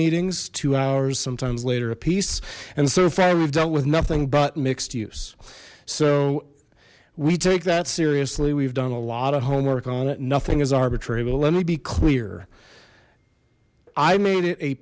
meetings two hours sometimes later a piece and so far we've dealt with nothing but mixed use so we take that seriously we've done a lot of homework on it nothing is arbitrary but let me be clear i made it a